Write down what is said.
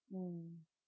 mm